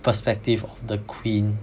perspective of the queen